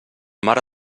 mare